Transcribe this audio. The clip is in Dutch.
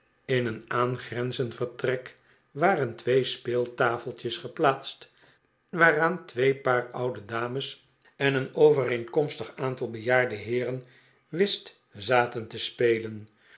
in een aangrenzend vertrek waren twee speeltafeltjes geplaatst waaraan twee paar oude dames en een overeenkomstig aantal bejaarde heeren whist zaten te spelen